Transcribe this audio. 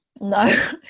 No